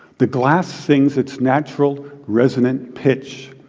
the glass sings its natural resonant pitch.